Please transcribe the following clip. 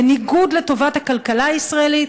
בניגוד לטובת הכלכלה הישראלית,